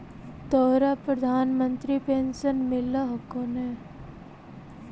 तोहरा प्रधानमंत्री पेन्शन मिल हको ने?